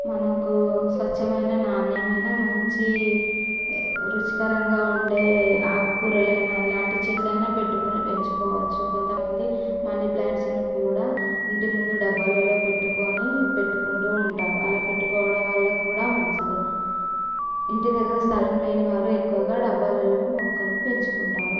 మనకి స్వచ్ఛమైన నాణ్యమైన మంచి రుచికరంగా ఉండే ఆకుకూరలైనా ఎలాంటి చెట్లయినా పెట్టుకుని పెంచుకోవచ్చు కొంతమంది మనీ ప్లాంట్స్ను కూడా ఇంటి ముందు డబ్బాలలో పెట్టుకుని పెట్టుకుంటూ ఉంటారు అలా పెట్టుకోవడం వల్ల కూడా మంచిదే ఇంటి దగ్గర స్థలం లేని వారు ఎక్కువగా డబ్బాల్లో మొక్కలను పెంచుకుంటారు